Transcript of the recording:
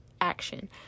action